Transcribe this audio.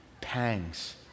pangs